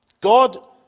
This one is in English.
God